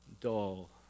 dull